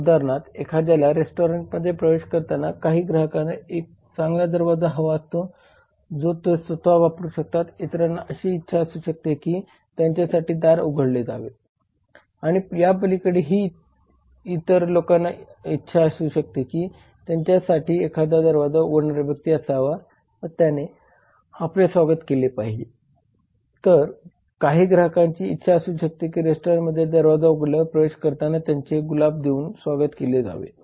उदाहरणार्थ एखाद्या रेस्टॉरंटमध्ये प्रवेश करताना काही ग्राहकांना एक चांगला दरवाजा हवा असतो जो ते स्वतः वापरू शकतात इतरांना अशी इच्छा असू शकते की त्यांच्यासाठी दार उघडले जावे आणि यापलीकडे ही इतर काही लोकांना इच्छा असू शकते की त्यांच्या साठी एखादा दरवाजा उघडणारा व्यक्ती असावा व त्याने आपले स्वागत केले पाहिजे तर काही ग्राहकांची इच्छा असू शकते की रेस्टॉरंटमध्ये दरवाजा उघडल्यावर प्रवेश करताना त्यांचे गुलाब देऊन स्वागत केले जावे